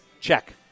Check